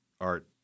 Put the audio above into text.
art